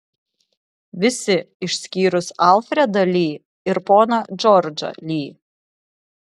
visi išskyrus alfredą li ir poną džordžą li